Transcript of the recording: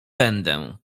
będę